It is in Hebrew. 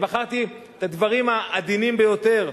אז בחרתי את הדברים העדינים ביותר.